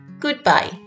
Goodbye